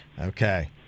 okay